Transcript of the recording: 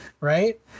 right